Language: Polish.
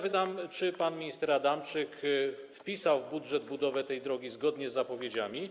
Pytam: Czy pan minister Adamczyk wpisał w budżecie budowę tej drogi zgodnie z zapowiedziami?